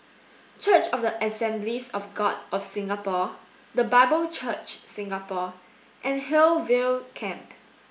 church of the Assemblies of God of Singapore The Bible Church Singapore and Hillview Camp